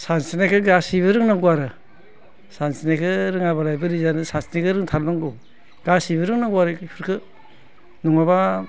सानस्रिनायखौ गासैबो रोंनांगौ आरो सानस्रिनायखौ रोङाबालाय बोरै जानो सानस्रिनो रोंथारनांगौ गासैबो रोंनांगौ आरो बेफोरखौ नङाबा